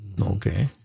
Okay